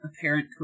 apparent